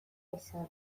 izan